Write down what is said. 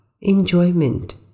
enjoyment